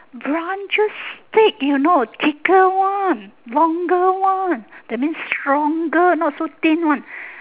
branches stick you know thicker one longer one that means stronger not so thin one